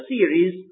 series